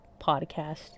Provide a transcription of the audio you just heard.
podcast